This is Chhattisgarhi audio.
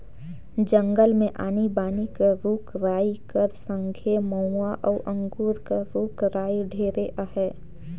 जंगल मे आनी बानी कर रूख राई कर संघे मउहा अउ अंगुर कर रूख राई ढेरे अहे